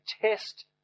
test